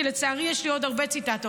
כי לצערי יש לי עוד הרבה ציטטות: